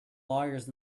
lawyers